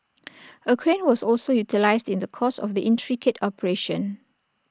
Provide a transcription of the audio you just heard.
A crane was also utilised in the course of the intricate operation